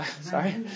Sorry